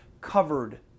covered